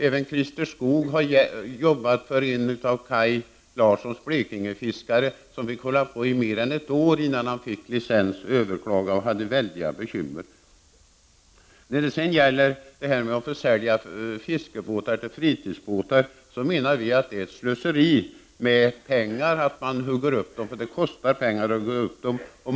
Även Christer Skoog har jobbat för en av Kaj Larssons Blekingefiskare, som fick hålla på i mer än ett år, med att överklaga m.m., innan han fick licens. När det gäller försäljning av fiskebåtar till fritidsbåtar menar vi moderater att det är ett slöseri med pengar att hugga upp båtarna.